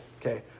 okay